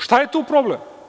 Šta je tu problem?